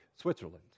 Switzerland